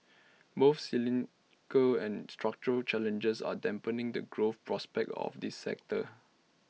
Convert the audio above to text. both cyclical and structural challenges are dampening the growth prospects of this sector